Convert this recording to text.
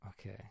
Okay